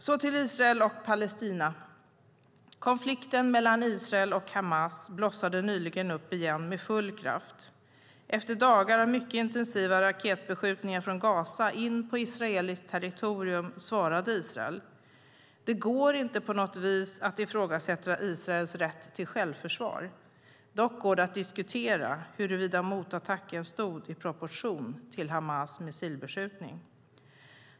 Herr talman! Konflikten mellan Israel och Hamas blossade nyligen upp igen med full kraft. Efter dagar av mycket intensiva raketbeskjutningar från Gaza in på israeliskt territorium svarade Israel. Det går inte på något vis att ifrågasätta Israels rätt till självförsvar. Dock går det att diskutera huruvida motattacken stod i proportion till Hamas missilbeskjutning.